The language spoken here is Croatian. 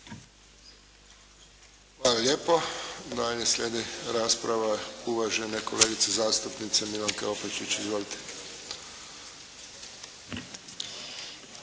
Hvala lijepo. Dalje slijedi rasprava uvažene zastupnice Biljane Borzan. Izvolite.